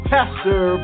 Pastor